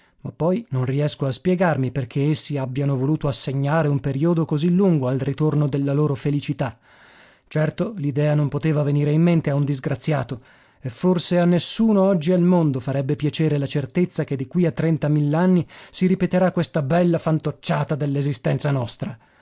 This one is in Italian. ma poi non riesco a spiegarmi perché essi abbiano voluto assegnare un periodo così lungo al ritorno della loro felicità certo l'idea non poteva venire in mente a un disgraziato e forse a nessuno oggi al mondo farebbe piacere la certezza che di qui a trenta mil'anni si ripeterà questa bella fantocciata dell'esistenza nostra